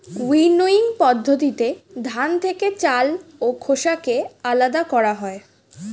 winnowing পদ্ধতিতে ধান থেকে চাল ও খোসাকে আলাদা করা হয়